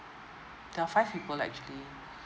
there are five people lah actually